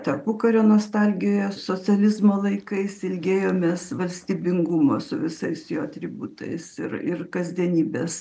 tarpukario nostalgijoje socializmo laikais ilgėjomės valstybingumo su visais jo atributais ir ir kasdienybės